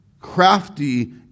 crafty